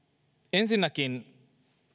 ensinnäkin